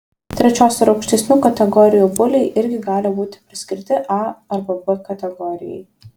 trečios ir aukštesnių kategorijų buliai irgi gali būti priskirti a arba b kategorijai